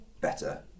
better